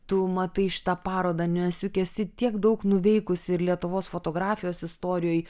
tu matai šitą parodą nes juk esi tiek daug nuveikusi ir lietuvos fotografijos istorijai